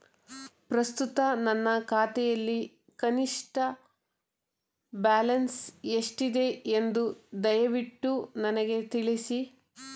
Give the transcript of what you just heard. ಪ್ರಸ್ತುತ ನನ್ನ ಖಾತೆಯಲ್ಲಿ ಕನಿಷ್ಠ ಬ್ಯಾಲೆನ್ಸ್ ಎಷ್ಟಿದೆ ಎಂದು ದಯವಿಟ್ಟು ನನಗೆ ತಿಳಿಸಿ